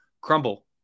crumble